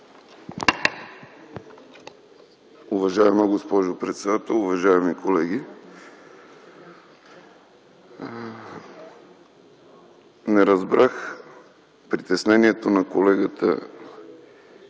Уважаема госпожо председател, уважаеми колеги! Не разбрах притеснението на колегата